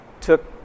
took